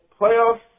playoffs